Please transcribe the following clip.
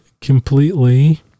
completely